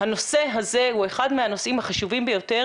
הנושא הזה הוא אחד מהנושאים החשובים ביותר